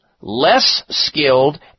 less-skilled